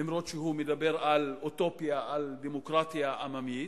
אף שהוא מדבר על אוטופיה, על דמוקרטיה עממית,